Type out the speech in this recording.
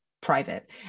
private